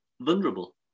vulnerable